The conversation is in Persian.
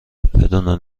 بدون